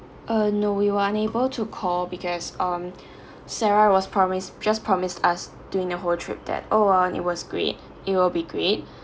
uh no we were unable to call because um sarah was promise just promised us during that whole trip that oh um it was great it will be great